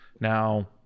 Now